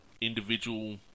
individual